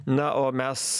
na o mes